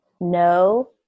no